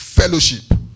Fellowship